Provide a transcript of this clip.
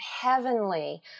heavenly